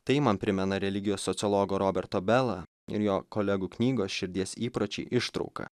tai man primena religijos sociologo roberto belą ir jo kolegų knygos širdies įpročiai ištrauką